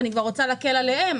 אני רוצה להקל עליהם.